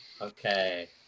Okay